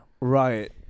right